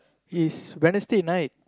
is Wednesday night